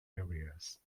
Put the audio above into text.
areas